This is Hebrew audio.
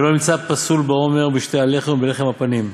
ולא נמצא פסול בעומר ובשתי הלחם ובלחם הפנים,